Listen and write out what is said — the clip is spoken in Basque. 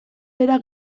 behera